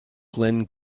glen